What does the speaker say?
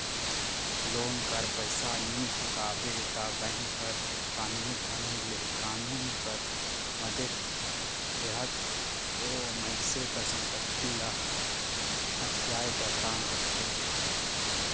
loan कर पइसा नी चुकाबे ता बेंक हर कानूनी ढंग ले कानून कर मदेत लेहत ओ मइनसे कर संपत्ति ल हथियाए कर काम करथे